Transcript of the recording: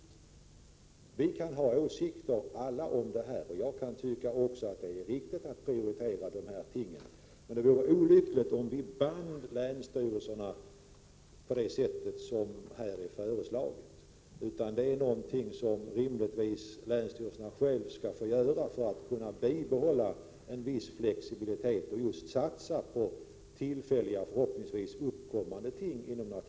Vi har alla åsikter om vilka åtgärder som bör vidtas, och även jag finner det riktigt att prioritera de nämnda tingen. Men det vore olyckligt om vi band länsstyrelserna på det sätt som har föreslagits. Länsstyrelserna bör rimligtvis själva få fatta beslut och därmed bibehålla en viss flexibilitet när det gäller att satsa på tillfälligt uppkommande behov inom naturvården.